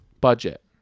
Budget